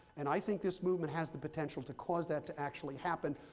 and i think this movement has the potential to cause that to actually happen,